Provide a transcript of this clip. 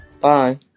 Bye